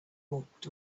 walked